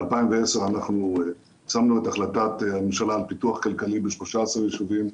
ב-2010 שמנו את החלטת הממשלה על פיתוח כלכלי ב-13 יישובים,